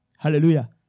Hallelujah